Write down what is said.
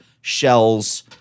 Shells